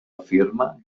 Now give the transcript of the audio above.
afirma